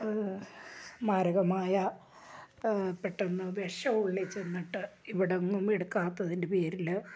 മാരകമായ പെട്ടെന്ന് വിഷം ഉള്ളിൽ ചെന്നിട്ട് ഇവിടെ എങ്ങും എടുക്കാത്തതിൻ്റെ പേരിൽ